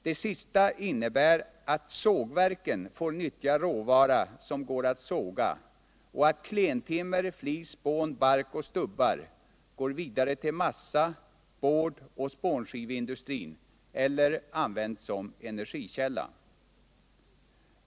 Det sista innebär att sågverken får nyttja råvara som går att såga och att klentimmer, flis, spån, bark och stubbar går vidare till massa-, boardoch spånskiveindustrin eller används som energikälla.